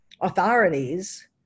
authorities